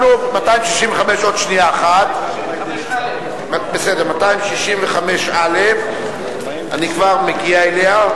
אנחנו, 265א' עוד שנייה אחת, אני כבר מגיע אליה.